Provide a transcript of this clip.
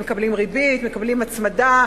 הם מקבלים ריבית, מקבלים הצמדה?